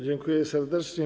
Dziękuję serdecznie.